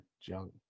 junk